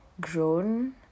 grown